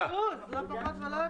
20%, לא פחות ולא יותר.